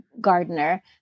gardener